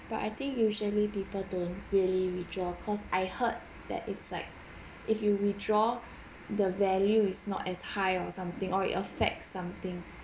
but I think usually people don't really withdraw cause I heard that it's like if you withdraw the value is not as high or something or it affects something